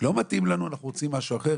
שלא מתאים להם והם רוצים משהו אחר,